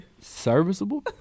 Serviceable